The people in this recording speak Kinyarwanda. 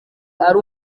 ari